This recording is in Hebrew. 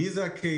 מי זו הקהילה?